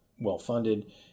well-funded